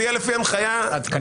זה יהיה לפי ההנחיה העדכנית?